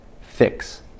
fix